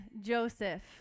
Joseph